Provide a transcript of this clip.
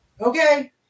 okay